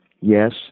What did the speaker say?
Yes